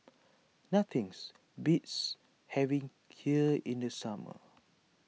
nothings beats having Kheer in the summer